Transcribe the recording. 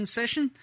session